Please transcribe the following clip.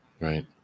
Right